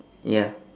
ya